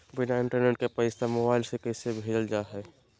बिना इंटरनेट के पैसा मोबाइल से कैसे भेजल जा है?